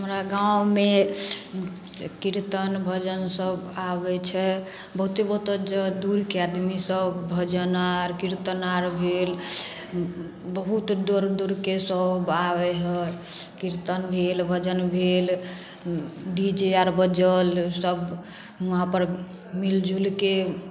हमरा गाँवमे कीर्तन भजन सब आबै छै बहुत्ते बहुत्ते दूरके आदमी सब भजन आर कीर्तन आर भेल बहुत दूर दूरके सब आबै हइ कीर्तन भेल भजन भेल डी जे आर बज्जल सब वहाँ पर मिल जुलके